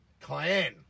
cayenne